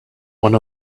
one